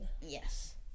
Yes